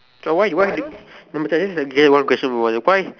why why you number ten this is a J one one question for you why